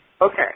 Okay